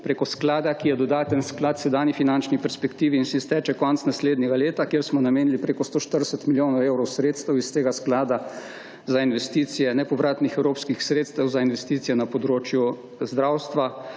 preko sklada, ki je dodaten sklad sedanji finančni perspektivi in se izteče konec naslednjega leta, kjer smo namenili preko 140 milijonov evrov sredstev iz tega sklada za investicije nepovratnih evropskih sredstev za investicije na področju zdravstva